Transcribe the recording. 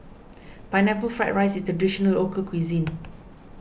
Pineapple Fried Rice is a Traditional Local Cuisine